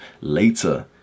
later